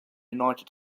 united